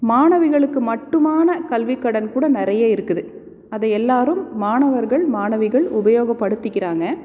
மாணவிகளுக்கு மட்டுமான கல்வி கடன் கூட நிறைய இருக்குது அதை எல்லோரும் மாணவர்கள் மாணவிகள் உபயோகப்படுத்திக்கிறாங்க